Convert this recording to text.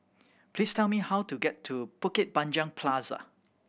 please tell me how to get to Bukit Panjang Plaza